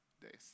days